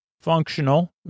functional